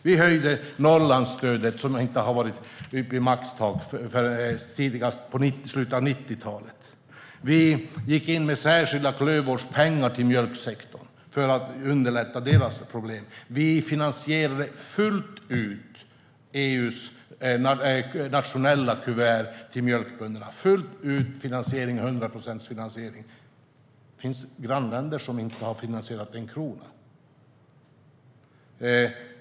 Vi har höjt Norrlandsstödet, som inte har varit maximalt sedan slutet av 1990-talet. Vi har gått in med särskilda pengar till klövvård till mjölksektorn för att underlätta när det gäller deras problem. Vi har fullt ut finansierat EU:s nationella kuvert till mjölkbönderna - 100 procents finansiering. Det finns grannländer som inte har finansierat en krona.